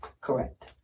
Correct